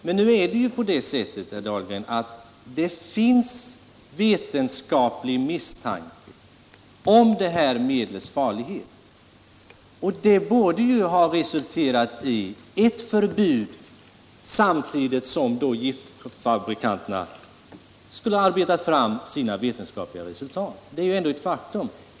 Men, herr Dahlgren, det finns vetenskaplig misstanke om detta medels farlighet. Det borde ha resulterat i ett förbud. Samtidigt borde giftfabrikanterna ha arbetat fram sina resultat.